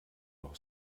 noch